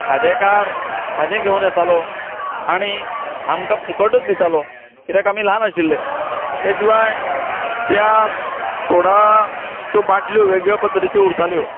खाजेकार खाजे घेवन येतालो आनी आमकां फुकटूच दितालो कित्याक आमी ल्हान आशिल्ले त्या शिवाय त्या सोडाच्यो बाटल्यो वेगळ्यो पद्दतिच्यो उरताल्यो